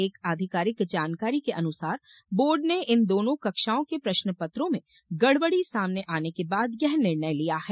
एक अधिकारिक जानकारी के अनुसार बोर्ड ने इन दोनों कक्षाओं के प्रश्नपत्रों में गडबडी सामने आने के बाद यह निर्णय लिया है